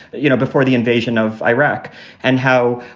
you know, before the invasion of iraq and how,